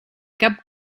cap